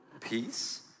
peace